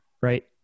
right